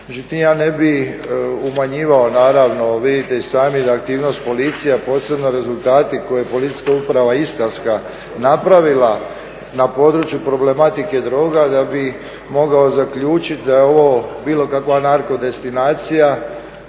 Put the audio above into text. ja ne bih umanjivao naravno, vidite i sami da aktivnost Policije, a posebno rezultati koje je Policijska uprava istarska napravila na području problematike droga da bi mogao zaključit da je ovo bilo kakva narkodestinacija,